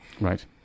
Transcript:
right